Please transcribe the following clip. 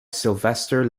sylvester